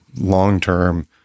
long-term